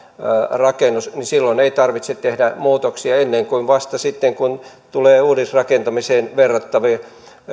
rakennus niin silloin ei tarvitse tehdä muutoksia ennen kuin vasta sitten kun tulee uudisrakentamiseen verrattava